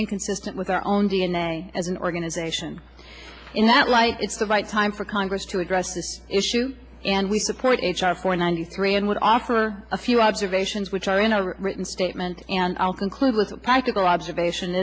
inconsistent with our own d n a as an organization in that light it's the right time for congress to address this issue and we support h r four ninety three and would offer a few observations which are in a written statement and i'll conclude with a practical observation